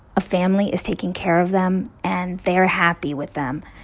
a family is taking care of them. and they are happy with them.